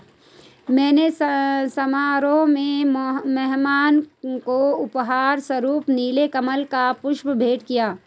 मैंने समारोह में मेहमान को उपहार स्वरुप नील कमल का पुष्प भेंट किया